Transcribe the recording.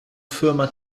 firma